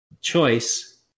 choice